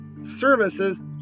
services